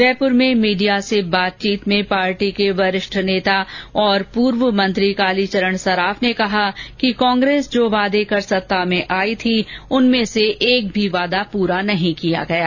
जयपुर में मीडिया से बातचीत में पार्टी के वरिष्ठ नेता और पूर्व मंत्री कालीचरण सर्राफ ने कहा कि कांग्रेस जो वादे कर सत्ता में आई थी उसमें से एक भी वादा पूरा नहीं किया गया है